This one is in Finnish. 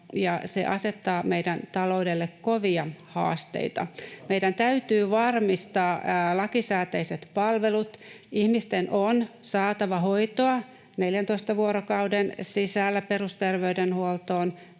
ja se asettaa meidän taloudelle kovia haasteita. Meidän täytyy varmistaa lakisääteiset palvelut. Ihmisten on saatava hoitoa 14 vuorokauden sisällä perusterveydenhuollosta